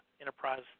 enterprise